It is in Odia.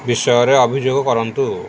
ବିଷୟରେ ଅଭିଯୋଗ କରନ୍ତୁ